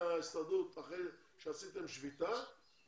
אחרי שעשיתם שביתה.